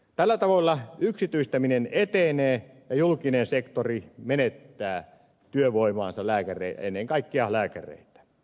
tällä tavalla yksityistäminen etenee ja julkinen sektori menettää työvoimaansa ennen kaikkea lääkäreitä